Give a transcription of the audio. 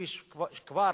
כפי שכבר